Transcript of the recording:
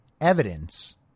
evidence